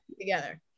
together